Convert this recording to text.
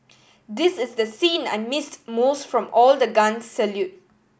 this is the scene I missed most from all the guns salute